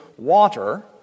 water